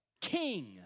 King